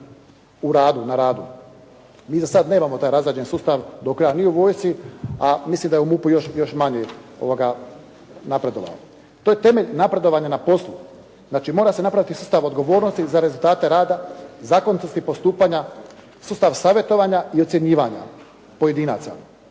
doprinosa na radu. Mi za sada nemamo razrađen taj sustav do kraj, ni u vojsci, a mislim da u MUP-u još manje napredovao. To je temelj napredovanja na poslu. Znači mora se napraviti sustav odgovornosti za rezultate rada, zakonitosti postupanja, sustav savjetovanja i ocjenjivanja pojedinaca.